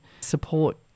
support